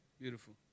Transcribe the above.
beautiful